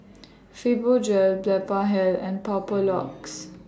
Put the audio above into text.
Fibogel Blephagel and Papulex